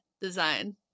design